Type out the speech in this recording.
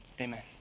Amen